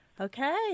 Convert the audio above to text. okay